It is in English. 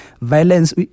Violence